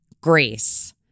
grace